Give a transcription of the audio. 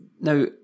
Now